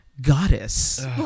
goddess